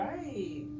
Right